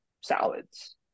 salads